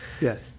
Yes